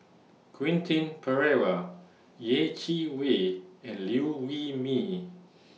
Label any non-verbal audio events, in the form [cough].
Quentin Pereira Yeh Chi Wei and Liew Wee Mee [noise]